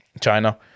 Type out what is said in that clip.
china